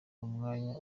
umwanya